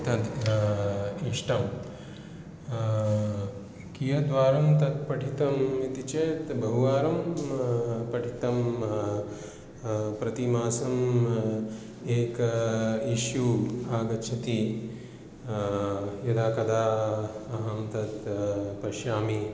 तत् इष्टं कियत् वारं तत् पठितम् इति चेत् बहुवारं पठितं प्रतिमासम् एकम् इश्शू आगच्छति यदा कदा अहं तत् पश्यामि